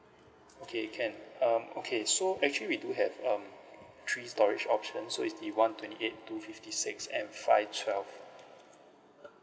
okay can um okay so actually we do have um three storage options so it's the one twenty eight two fifty six and five twelve